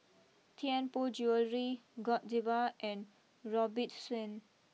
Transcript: Tianpo Jewellery Godiva and Robitussin